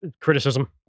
criticism